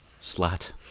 Slat